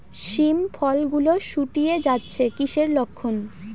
শিম ফল গুলো গুটিয়ে যাচ্ছে কিসের লক্ষন?